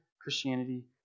Christianity